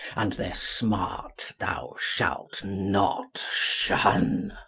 and their smart thou shalt not shun.